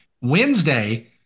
Wednesday